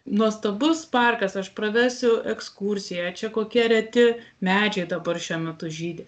nuostabus parkas aš pravesiu ekskursiją čia kokie reti medžiai dabar šiuo metu žydi